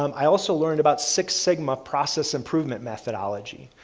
um i also learned about six sigma process improvement methodology.